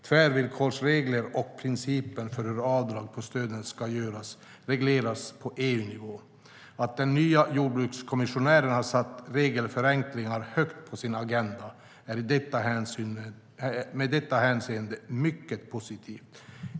Tvärvillkorsreglerna och principen för hur avdrag på stöden ska göras regleras på EU-nivå. Att den nya jordbrukskommissionären har satt regelförenklingar högt på sin agenda är i detta hänseende mycket positivt.